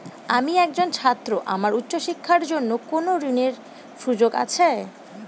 আমি একজন ছাত্র আমার উচ্চ শিক্ষার জন্য কোন ঋণের সুযোগ আছে?